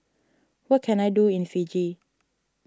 what can I do in Fiji